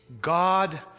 God